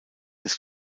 des